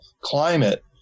climate